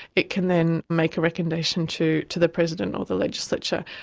it can then make a recommendation to to the president of the legislature,